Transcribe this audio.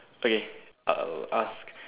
okay I'll ask